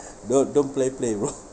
don't play play bro